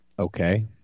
Okay